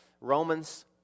Romans